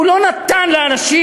הוא לא נתן לאנשים,